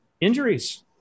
Injuries